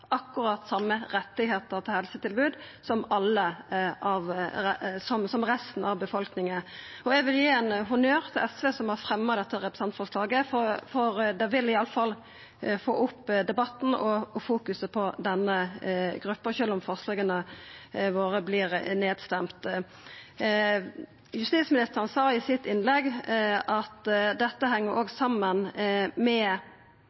akkurat dei same rettane til helsetilbod som resten av befolkninga. Eg vil gi honnør til SV, som har fremja dette representantforslaget, for det vil i alle fall få opp debatten og fokuseringa på denne gruppa, sjølv om forslaga våre vert røysta ned. Justisministeren sa i innlegget sitt at dette òg heng saman med kapasiteten i helsevesenet. Det er rett, og